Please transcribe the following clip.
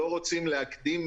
רוצים שנצביע על תקנה 8?